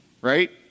right